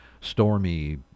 stormy